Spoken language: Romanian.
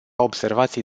observații